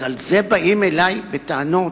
אז על זה באים אלי בטענות